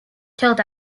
killed